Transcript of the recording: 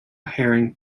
herring